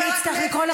אני אדבר בכבוד.